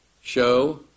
show